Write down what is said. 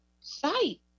site